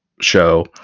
show